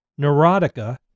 Neurotica